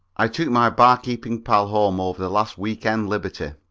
i took my bar-keeping pal home over the last week-end liberty.